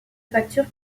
facture